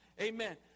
amen